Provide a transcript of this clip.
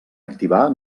activar